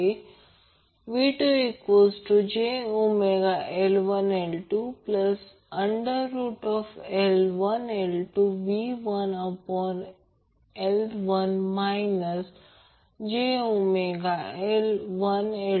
तर त्या बाबतीत जेव्हा करंट जास्तीत जास्त आहे आणि हा करंट I0 आहे I0 हा रेझोनंट फ्रिक्वेन्सीवर जास्तीत जास्त करंट असतो जेव्हा ω ω0 किंवा f f 0 असे असते